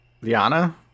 Liana